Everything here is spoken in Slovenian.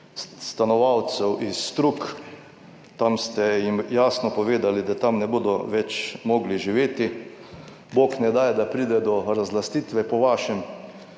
stanovalcev iz Strug, tam ste jim jasno povedali, da tam ne bodo več mogli živeti. Bog ne daj, da pride do razlastitve po vašem,